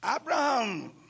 Abraham